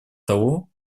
того